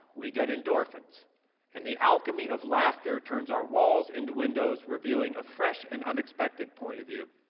we get endorphins and the alchemy of laughter turns our walls into windows, revealing a fresh and unexpected point of view.